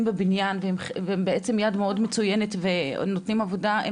בבניין והם בעצם יד מאוד מצוינת והם נותנים עבודה.